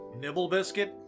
Nibblebiscuit